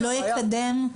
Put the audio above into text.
לא יקדם?